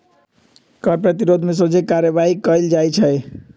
कर प्रतिरोध में सोझे कार्यवाही कएल जाइ छइ